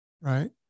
Right